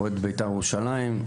אוהד בית"ר ירושלים.